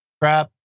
crap